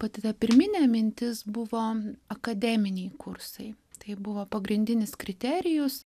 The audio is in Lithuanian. pati ta pirminė mintis buvo akademiniai kursai tai buvo pagrindinis kriterijus